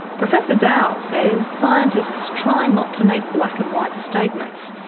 professor dowell says scientists try not to make black and white statements,